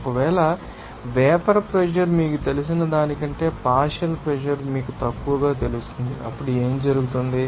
ఒకవేళ vapour pressure మీకు తెలిసిన దానికంటే పార్షియల్ ప్రెషర్ మీకు తక్కువగా తెలుస్తుంది అప్పుడు ఏమి జరుగుతుంది